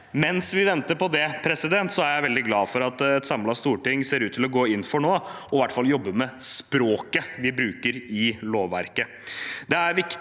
Mens vi venter på det, er jeg veldig glad for at et samlet storting nå ser ut til å gå inn for i hvert fall å jobbe med språket vi bruker i lovverket.